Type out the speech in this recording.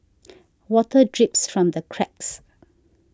water drips from the cracks